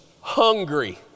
hungry